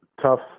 tough